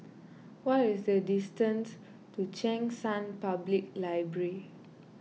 what is the distance to Cheng San Public Library